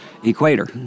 equator